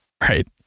Right